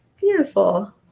Beautiful